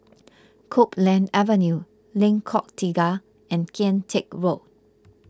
Copeland Avenue Lengkok Tiga and Kian Teck Road